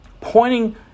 Pointing